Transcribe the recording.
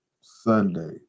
Sunday